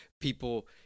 people